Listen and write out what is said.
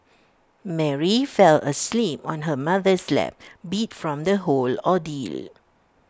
Mary fell asleep on her mother's lap beat from the whole ordeal